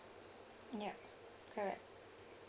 yup correct